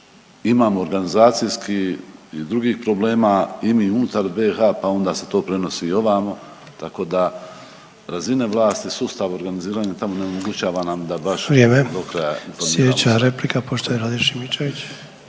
Imamo organizacijskih i drugih problema i mi unutar BiH, pa onda se to prenosi i ovamo, tako da razine vlasti, sustav organiziranja tamo onemogućava nam da baš … …/Upadica Sanader: Vrijeme./…